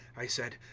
i said,